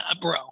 bro